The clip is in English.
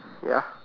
ya